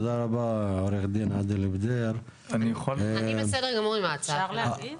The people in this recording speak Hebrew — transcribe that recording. אני בסדר גמור עם ההצעה הזאת.